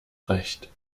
recht